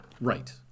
right